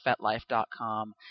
FetLife.com